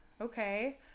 Okay